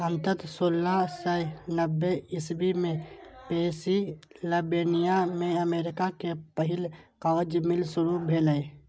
अंततः सोलह सय नब्बे इस्वी मे पेंसिलवेनिया मे अमेरिका के पहिल कागज मिल शुरू भेलै